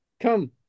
Come